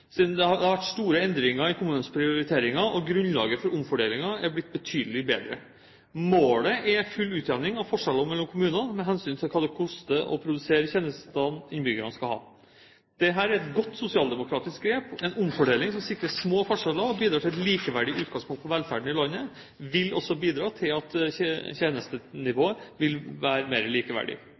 siden da. Det har vært store endringer i kommunenes prioriteringer, og grunnlaget for omfordelingen har blitt betydelig bedre. Målet er full utjevning av forskjeller mellom kommunene med hensyn til hva det koster å produsere de tjenestene innbyggerne skal ha. Dette er et godt sosialdemokratisk grep, en omfordeling som sikrer små forskjeller og bidrar til et likeverdig utgangspunkt for velferden i landet. Det vil også bidra til at tjenestenivået vil være mer likeverdig.